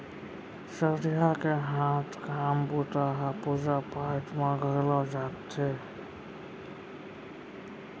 चरिहा के हाथ काम बूता ह पूजा पाठ म घलौ आथे